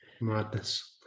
Madness